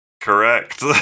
Correct